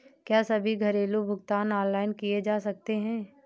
क्या सभी घरेलू भुगतान ऑनलाइन किए जा सकते हैं?